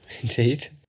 Indeed